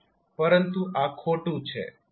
પરંતુ આ ખોટું છે કેમ